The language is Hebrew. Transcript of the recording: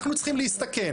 אנחנו צריכים להסתכן?